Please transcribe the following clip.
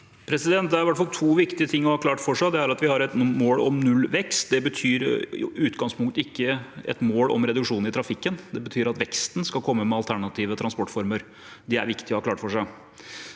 Det er i hvert fall to ting det er viktig å ha klart for seg: Det ene er at vi har et mål om nullvekst. Det betyr i utgangspunktet ikke et mål om reduksjon i trafikken. Det betyr at veksten skal komme med alternative transportformer. Det er det viktig å ha klart for seg.